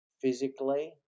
physically